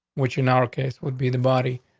which in our case would be the body,